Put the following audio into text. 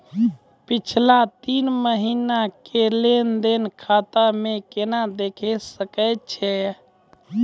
पिछला तीन महिना के लेंन देंन खाता मे केना देखे सकय छियै?